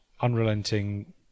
unrelenting